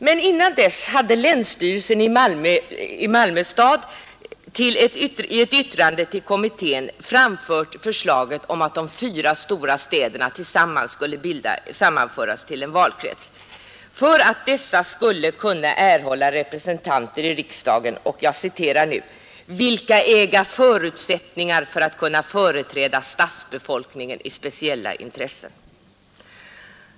Men innan dess hade länsstyrelsen i Malmö i ett yttrande till kommittén framfört förslaget att de fyra stora städerna skulle sammanföras till en valkrets för att dessa skulle kunna erhålla representanter i riksdagen, ”vilka äga förutsättningar för att kunna företräda stadsbefolkningen i speciella intressen”.